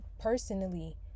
personally